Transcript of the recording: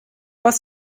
was